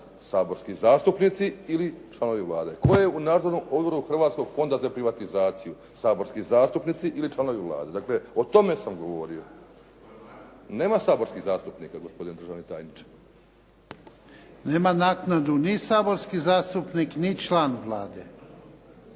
Saborski zastupnici ili članovi Vlade? Tko je u Nadzornom odboru Hrvatskog fonda za privatizaciju? Saborski zastupnici ili članovi Vlade? Dakle, o tome sam govorio. Nema saborskih zastupnika gospodine državni tajniče. **Jarnjak, Ivan (HDZ)** Nema naknadu ni saborski zastupnik, ni član Vlade.